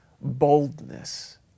boldness